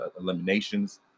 eliminations